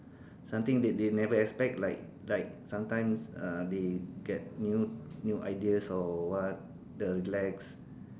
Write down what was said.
something that they never expect like like sometimes uh they get new new ideas like or what the relax